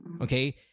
okay